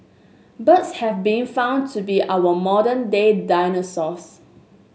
birds have been found to be our modern day dinosaurs